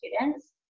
students